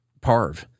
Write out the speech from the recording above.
Parv